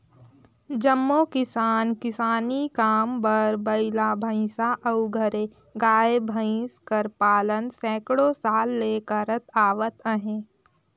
जम्मो किसान किसानी काम बर बइला, भंइसा अउ घरे गाय, भंइस कर पालन सैकड़ों साल ले करत आवत अहें